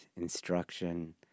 instruction